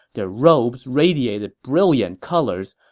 their robes radiated brilliant colors,